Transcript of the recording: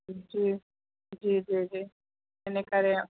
जी जी जी जी इन करे